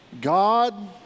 God